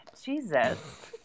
Jesus